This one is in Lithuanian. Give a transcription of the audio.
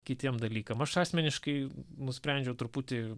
kitiem dalykam aš asmeniškai nusprendžiau truputį